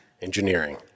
engineering